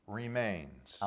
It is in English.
remains